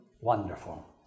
wonderful